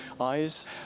eyes